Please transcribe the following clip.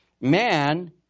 Man